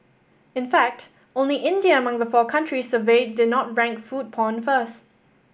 in fact only India among the four countries surveyed did not rank food porn first